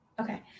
Okay